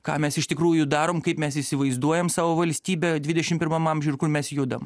ką mes iš tikrųjų darom kaip mes įsivaizduojam savo valstybę dvidešim pirmam amžiuj ir kur mes judam